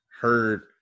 heard